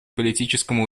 политическому